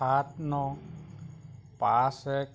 সাত ন পাঁচ এক